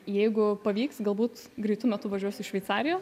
jeigu pavyks galbūt greitu metu važiuosiu į šveicariją